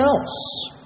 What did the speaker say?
else